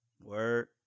Word